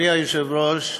אדוני היושב-ראש,